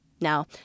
Now